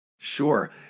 Sure